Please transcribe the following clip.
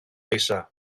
ίσα